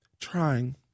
trying